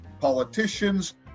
politicians